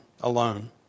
alone